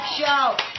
show